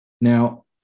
Now